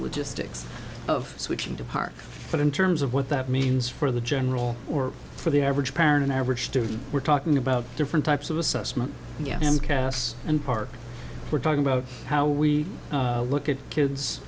logistics of switching to park but in terms of what that means for the general or for the average parent an average student we're talking about different types of a sussman and cas and park we're talking about how we look at kids